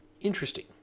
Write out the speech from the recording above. interesting